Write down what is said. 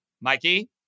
Mikey